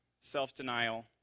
self-denial